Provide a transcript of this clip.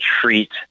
treat